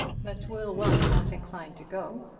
but will was half inclined to go,